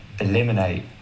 eliminate